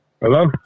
Hello